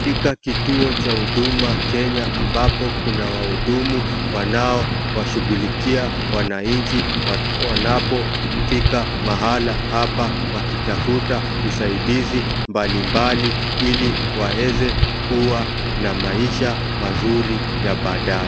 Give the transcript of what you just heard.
Katika kituo cha huduma Kenya ambapo kuna wahudumu wanaowashughulikia wananchi wanapo fika mahala hapa wakitafuta usaidizi mbalimbali ili waeze kuwa na maisha mazuri uri ya baadaye .